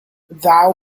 thou